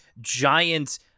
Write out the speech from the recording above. giant